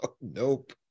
Nope